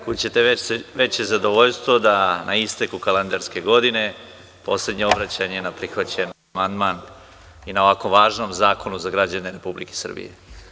Kud ćete veće zadovoljstvo da na isteku kalendarske godine poslednje obraćanje na prihvaćen amandman i na ovako važnom zakonu za građane Republike Srbije.